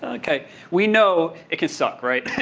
we know it can suck, right?